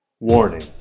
Warning